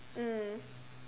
mm